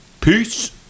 Peace